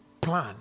plan